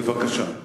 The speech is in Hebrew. בבקשה.